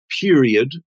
period